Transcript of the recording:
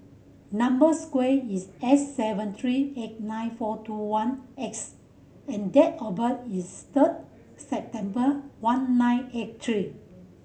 number square is S seven three eight nine four two one X and date of birth is third September one nine eight three